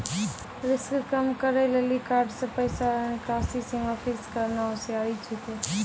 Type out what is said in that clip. risk कम करै लेली कार्ड से पैसा रो निकासी सीमा फिक्स करना होसियारि छिकै